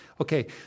Okay